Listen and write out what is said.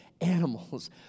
Animals